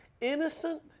innocent